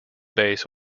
base